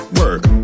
work